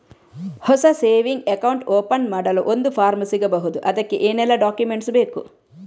ಹೊಸ saving account open ಮಾಡಲು ಒಂದು ಫಾರ್ಮ್ ಸಿಗಬಹುದು? ಅದಕ್ಕೆ ಏನೆಲ್ಲಾ ಡಾಕ್ಯುಮೆಂಟ್ಸ್ ಬೇಕು?